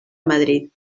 madrid